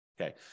Okay